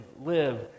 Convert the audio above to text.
live